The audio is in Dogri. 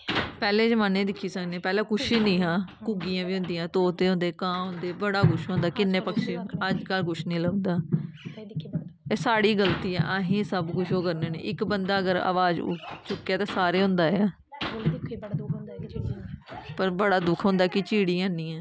पैह्ले जमान्नै दिक्खी सकने पैह्लें कुछ निं हा घुग्गियां बी होंदियां हां तोते होंदे हे कां होंदे हेबड़ा कुछ होंदा हा किन्ने पक्षी होंदे हे अज्जकल कुछ निं लभदा एह् साढ़ी गल्ती एह् असीं सब कुछ करने ओह् करने होन्ने इक बंदा अगर अवाज चुक्कै ते सारे होंदा ऐ पर बड़ा दुक्ख होंदा कि चिड़ियां निं हैन